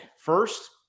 First